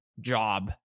job